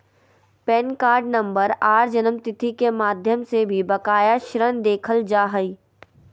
pan card number आर जन्मतिथि के माध्यम से भी बकाया ऋण देखल जा हय